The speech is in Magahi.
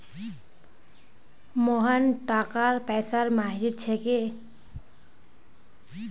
मोहन टाका पैसार माहिर छिके